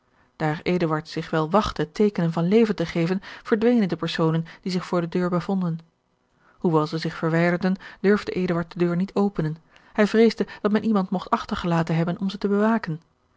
eduard zich wel wachtte teekenen van leven te geven verdwenen de personen die zich voor de deur bevonden hoewel zij zich verwijderden durfde eduard de deur niet openen hij vreesde dat men iemand mogt achtergelaten hebben om ze te bewaken